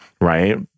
right